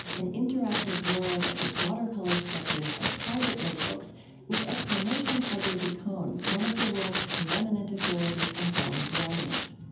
an interactive world of his watercolor sketches and private notebooks with explanations by david kohn, one of the world's preeminent authorities on darwin's writings.